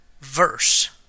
verse